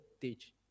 teach